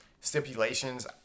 stipulations